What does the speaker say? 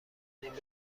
ببینم